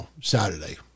Saturday